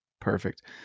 Perfect